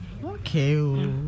Okay